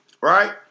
right